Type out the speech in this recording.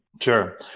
Sure